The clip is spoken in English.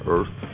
Earth